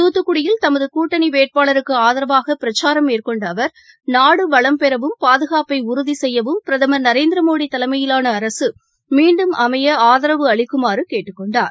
தூத்துக்குடியில் தமதுகூட்டணிவேட்பாளருக்குஆதரவாகபிரச்சாரம் மேற்கொண்டஅவர் நாடு வளம் பாதுகாப்பைஉறுதிசெய்யவும் பெறவும் பிரதமர் திருநரேந்திரமோடிதலைமையிலானஅரசுமீண்டும் அமையஆதரவு அளிக்குமாறுகேட்டுக்கொண்டார்